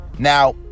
Now